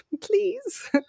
Please